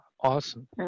awesome